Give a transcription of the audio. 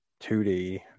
2D